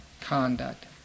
conduct